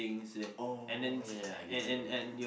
oh ya ya I get you